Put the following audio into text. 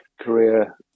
career